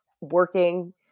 working